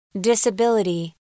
disability